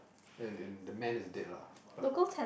and and the man is dead lah but